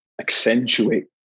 accentuate